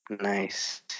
Nice